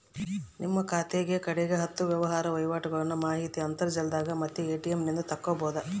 ನಿಮ್ಮ ಖಾತೆಗ ಕಡೆಗ ಹತ್ತು ವ್ಯವಹಾರ ವಹಿವಾಟುಗಳ್ನ ಮಾಹಿತಿ ಅಂತರ್ಜಾಲದಾಗ ಮತ್ತೆ ಎ.ಟಿ.ಎಂ ನಿಂದ ತಕ್ಕಬೊದು